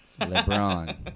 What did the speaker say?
LeBron